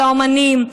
על האומנים,